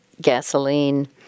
gasoline